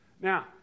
Now